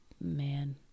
Man